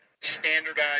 standardized